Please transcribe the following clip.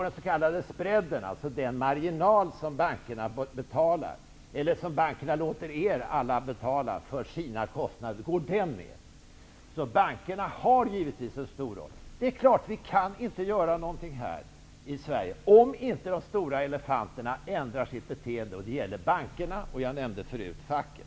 Den s.k. spreaden minskar, dvs. den marginal som bankerna låter er betala för att täcka kostnaderna. Bankerna spelar givetvis en stor roll. Det är klart att vi inte kan göra något här i Sverige om inte de stora elefanterna ändrar sitt beteende. Det gäller bankerna och, som jag nämnde förut, facket.